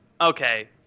okay